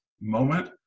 moment